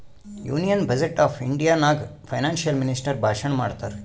union budget of India ನಾಗ್ financial minister ಭಾಷಣ್ ಮಾಡ್ತಾರ್